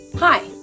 Hi